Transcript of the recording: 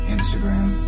Instagram